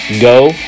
Go